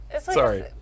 sorry